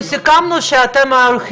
היושבת ראש,